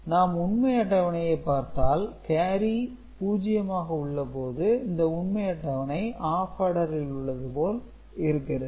நாம் உண்மை அட்டவணையை பார்த்தால் கேரி 0 ஆக உள்ளபோது இந்த உண்மை அட்டவணை ஆப் ஆர்டரில் உள்ளது போலவே இருக்கிறது